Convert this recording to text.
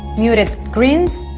muted greens,